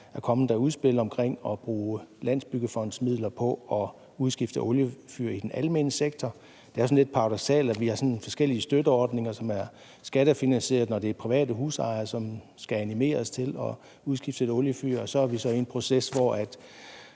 er kommet i forhold til at bruge landsbyggefondsmidler på at udskifte oliefyr i den almene sektor. Det er jo sådan lidt paradoksalt, at vi har forskellige støtteordninger, som er skattefinansierede, når det er private husejere, som skal animeres til at udskifte et oliefyr, og vi så er i en proces, hvor